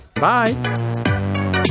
Bye